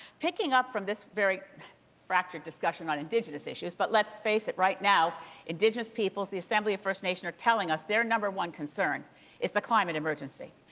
picking up from this very fractured discussion on indigenous issues, but let's face it, right now indigenous peoples, the assembly of first nations are telling us their number one concern is climate emergency.